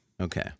Okay